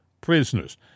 prisoners